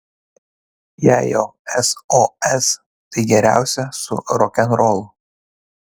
jei jau sos tai geriausia su rokenrolu